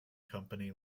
company